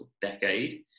decade